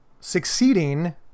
succeeding